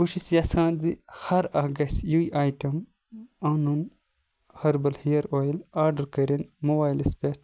بہٕ چھُس یَژھان زِ ہَر اکھ گَژھِ یی اَیٹَم اَنُن ہیٚربَل ہیَر اۄیٚل آرڈَر کٔرِن موبایلَس پٮ۪ٹھ